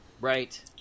Right